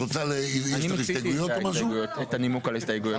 אני מיציתי את הנימוק על ההסתייגויות,